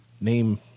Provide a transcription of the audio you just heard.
name